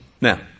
Now